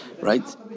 right